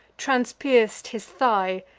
transpierc'd his thigh,